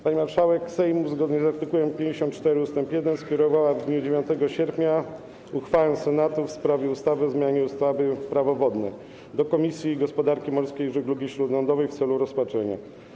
Pani marszałek Sejmu, zgodnie z art. 54 ust. 1, skierowała w dniu 9 sierpnia uchwałę Senatu w sprawie ustawy o zmianie ustawy - Prawo wodne do Komisji Gospodarki Morskiej i Żeglugi Śródlądowej w celu rozpatrzenia.